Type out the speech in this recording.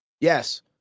yes